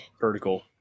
vertical